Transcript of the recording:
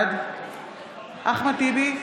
בעד אחמד טיבי,